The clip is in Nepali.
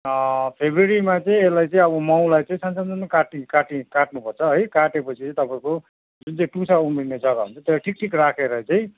फेब्रुअरीमा चाहिँ यसलाई चाहिँ अब माउलाई चाहिँ सान सानो काटि काटि काट्नु पर्छ है काट्यो पछि तपाईँको जुन चाहिँ टुसा उम्रिने जग्गा हुन्छ त्यसलाई ठिकठिक राखेर चाहिँ